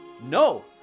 No